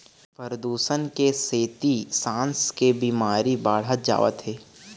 परदूसन के सेती सांस के बिमारी बाढ़त जावत हे